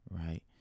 Right